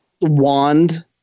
wand